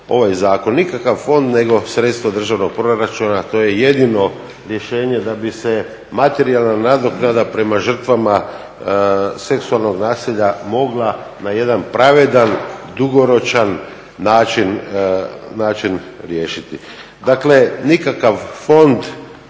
Nikakav fond nego sredstava državnog proračuna, to je jedino rješenje da bi se materijalna nadoknada prema žrtvama seksualnog nasilja mogla na jedan pravedan, dugoročan način riješiti. Dakle nikakav fond